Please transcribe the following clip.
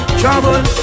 trouble